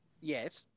Yes